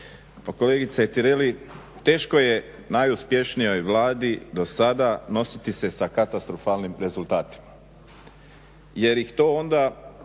kolegice Tireli, teško je najuspješnijoj Vladi do sada nositi se sa katastrofalnim rezultatima jer ih to onda